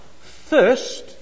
first